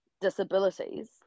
disabilities